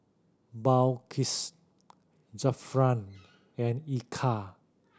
Balqis Zafran and Eka